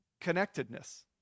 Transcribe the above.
connectedness